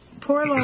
poor